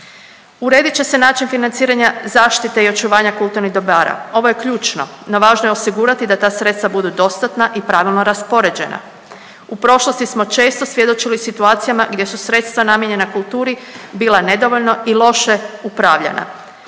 Uredit će se način financiranja zaštite i očuvanja kulturnih dobara. Ovo je ključno, no važno je osigurati da ta sredstva budu dostatna i pravilno raspoređena. U prošlosti smo često svjedočili situacijama gdje su sredstva namijenjena kulturi bila nedovoljno i loše upravljana.